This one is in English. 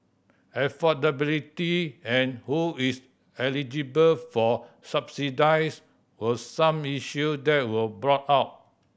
affordability and who is eligible for subsidies were some issue that were brought up